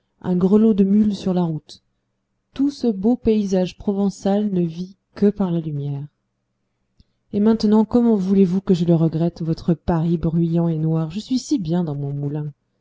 un grelot de mules sur la route tout ce beau paysage provençal ne vit que par la lumière et maintenant comment voulez-vous que je le regrette votre paris bruyant et noir je suis si bien dans mon moulin